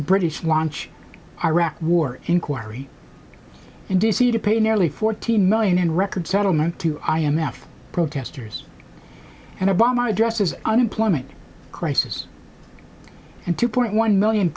british launch iraq war inquiry in d c to pay nearly fourteen million in record settlement to i m f protesters and obama addresses unemployment crisis and two point one million